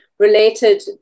Related